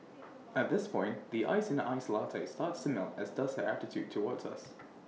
at this point the ice in her iced latte starts to melt as does her attitude towards us